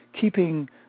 keeping